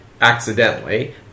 accidentally